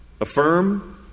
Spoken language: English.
affirm